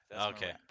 Okay